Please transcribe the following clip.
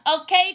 Okay